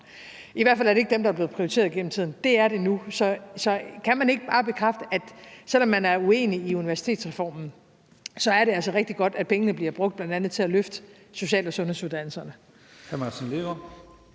I hvert fald er det ikke dem, der er blevet prioriteret igennem tiden. Det er det nu. Så kan man ikke bare bekræfte, at det, selv om man er uenig i universitetsreformen, så altså er rigtig godt, at pengene bl.a. bliver brugt til at løfte social- og sundhedsuddannelserne?